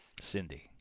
Cindy